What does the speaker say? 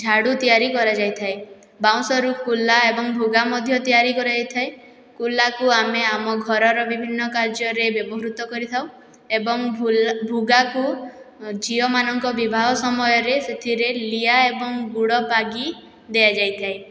ଝାଡ଼ୁ ତିଆରି କରାଯାଇଥାଏ ବାଉଁଶରୁ କୁଲା ଏବଂ ଭୁଗା ମଧ୍ୟ ତିଆରି କରାଯାଇଥାଏ କୁଲାକୁ ଆମେ ଆମ ଘରର ବିଭିନ୍ନ କାର୍ଯ୍ୟରେ ବ୍ୟବହୃତ କରିଥାଉ ଏବଂ ଭୁଗାକୁ ଅଁ ଝିଅମାନଙ୍କ ବିବାହ ସମୟରେ ସେଥିରେ ଲିୟା ଏବଂ ଗୁଡ଼ ପାଗି ଦିଆଯାଇଥାଏ